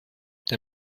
der